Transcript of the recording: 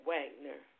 Wagner